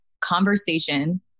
conversation